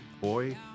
Boy